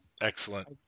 Excellent